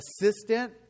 assistant